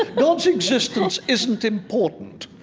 ah god's existence isn't important.